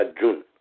June